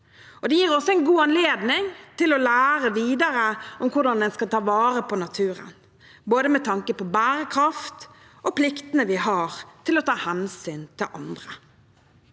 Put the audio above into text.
Det gir også en god anledning til å lære videre hvordan en skal ta vare på naturen, med tanke på både bærekraft og pliktene vi har til å ta hensyn til andre.